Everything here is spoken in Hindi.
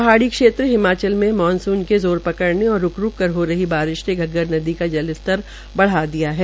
पहाड़ी क्षेत्र हिमाचल में मानसून के जोर पकड़ने और रूक रूक कर हो रही बारिश ने घग्गर नदी का जल स्तर बढ़ा दिया है